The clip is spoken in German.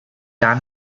gar